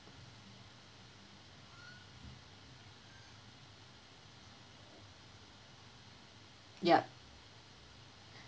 yup